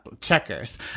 Checkers